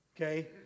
Okay